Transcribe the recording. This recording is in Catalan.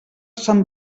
sant